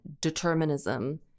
determinism